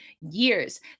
years